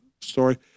story